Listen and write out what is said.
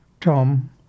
Tom